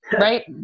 right